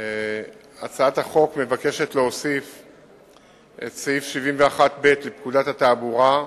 הצעת החוק מבקשת להוסיף את סעיף 71ב לפקודת התעבורה,